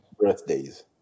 Birthdays